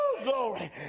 glory